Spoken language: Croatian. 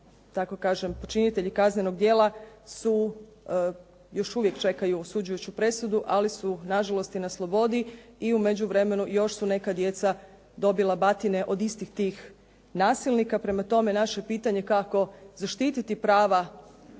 Njegovi počinitelji kaznenog djela još uvijek čekaju osuđujuću presudu, ali su nažalost na slobodi. I u međuvremenu su još neka djeca dobila batine od istih tih nasilnika. Prema tome, naše pitanje kako zaštiti prava